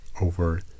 over